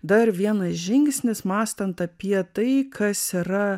dar vienas žingsnis mąstant apie tai kas yra